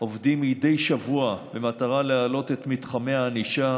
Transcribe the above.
עובדים מדי שבוע במטרה להעלות את מתחמי הענישה.